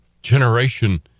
generation